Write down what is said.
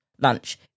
lunch